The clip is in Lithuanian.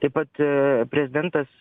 taip pat prezidentas